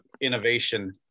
innovation